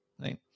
right